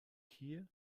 hier